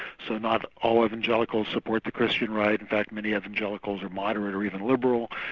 so not all evangelicals support the christian right, in fact many evangelicals are moderate or even liberal,